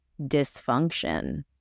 dysfunction